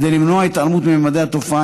כדי למנוע התעלמות מממדי התופעה,